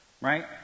right